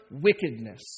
wickedness